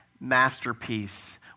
masterpiece